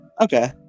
Okay